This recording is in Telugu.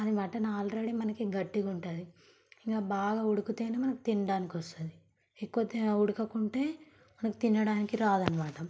అది మటన్ ఆల్రెడీ మనకు గట్టిగా ఉంటుంది ఇంకా బాగా ఉడికితేనే మనకి తినడానికి వస్తుంది ఎక్కువ ఉడకకుంటే మనకు తినడానికి రాదన్నమాట